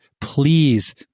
please